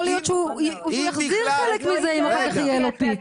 יכול להיות שהוא יחזיר חלק מזה אם יהיה לו אחר כך.